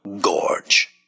Gorge